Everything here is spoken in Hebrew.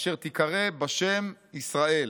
אשר תיקרא בשם ישראל.